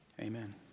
Amen